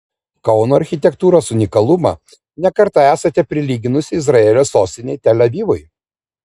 kauno architektūros unikalumą ne kartą esate prilyginusi izraelio sostinei tel avivui